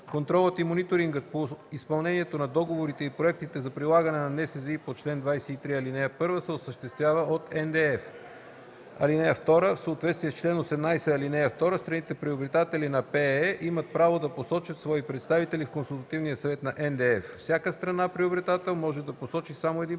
Контролът и мониторингът по изпълнението на договорите и проектите за прилагане на НСЗИ по чл. 23, ал. 1 се осъществява от НДЕФ. (2) В съответствие с чл. 18, ал. 2 страните – приобретатели на ПЕЕ, имат право да посочат свои представители в консултативния съвет на НДЕФ. Всяка страна – приобретател, може да посочи само един представител